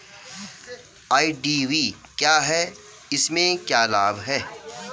IDV क्या है इसमें क्या लाभ है?